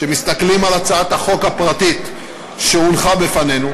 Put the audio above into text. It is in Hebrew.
כשמסתכלים על הצעת החוק הפרטית שהונחה בפנינו,